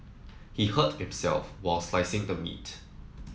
he hurt himself while slicing the meat